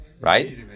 Right